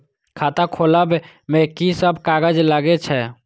खाता खोलब में की सब कागज लगे छै?